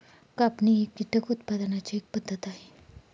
कापणी ही कीटक उत्पादनाची एक पद्धत आहे